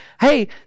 Hey